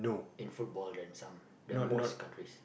in football and some the most countries